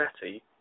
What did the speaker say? Betty